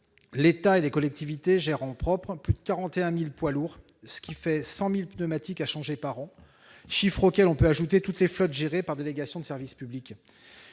L'État et les collectivités gèrent en propre plus de 41 000 poids lourds, ce qui représente 100 000 pneumatiques à changer chaque année, auxquels on peut ajouter toutes les flottes gérées par délégation de service public.